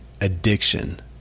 addiction